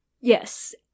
Yes